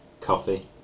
Coffee